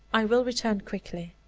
i will return quickly.